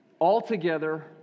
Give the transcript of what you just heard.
altogether